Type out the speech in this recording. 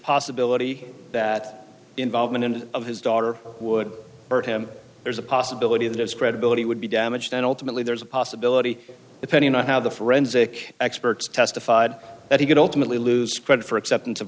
possibility that involvement and of his daughter would hurt him there's a possibility that its credibility would be damaged and ultimately there's a possibility depending on how the forensic experts testified that he could ultimately lose credit for acceptance of